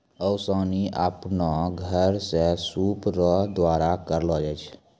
ओसानी आपनो घर मे सूप रो द्वारा करलो जाय छै